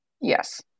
yes